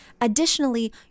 additionally